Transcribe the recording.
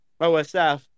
OSF